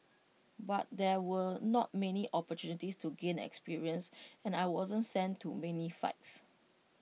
but there were not many opportunities to gain experience and I wasn't sent to many fights